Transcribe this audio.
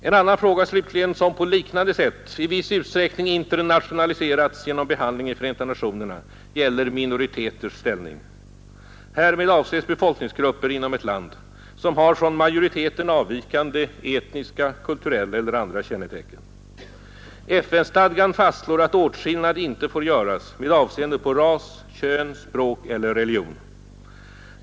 En annan fråga som på liknande sätt i viss utsträckning internationaliserats genom behandling i FN gäller minoriteters ställning. Härmed avses befolkningsgrupper inom ett land som har från majoriteten avvikande etniska, kulturella eller andra kännetecken. FN-stadgan fastslår att åtskillnad inte får göras med avseende på ras, kön, språk eller religion.